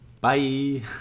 Bye